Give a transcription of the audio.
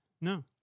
No